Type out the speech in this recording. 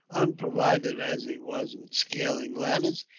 unprovided as he was with scaling ladders,